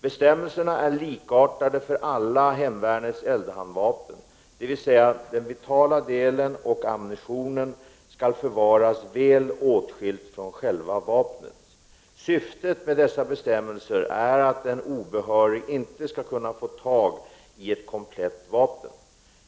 Bestämmelserna är likartade för alla hemvärnets eldhandvapen, dvs. den vitala delen och ammunitionen skall förvaras väl åtskilt från själva vapnet. Syftet med dessa bestämmelser är att en obehörig inte skall kunna få tag i ett komplett vapen.